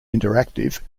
interactive